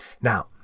Now